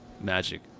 magic